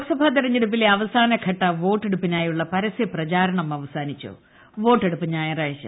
ലോക്സഭാ തെരഞ്ഞെടുപ്പിലെ അവസാനഘട്ട വോട്ടെടുപ്പിനായുള്ള പരസൃപ്രചാരണം അവസാനിച്ചു വോട്ടെടുപ്പ് ഞായറാഴ്ച